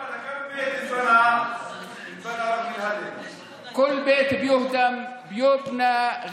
בערבית: ייבנה בית במקום כל בית שייהרס.)